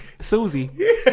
Susie